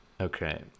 okay